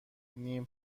نیم